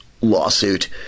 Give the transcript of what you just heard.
lawsuit